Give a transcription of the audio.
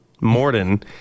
Morden